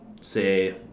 say